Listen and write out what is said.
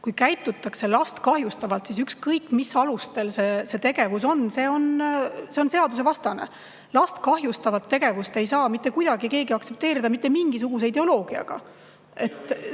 Kui käitutakse last kahjustavalt, siis ükskõik, mis alustel see tegevus on, see on seadusvastane. Last kahjustavat tegevust ei saa mitte kuidagi keegi aktsepteerida mitte mingisuguse ideoloogiaga.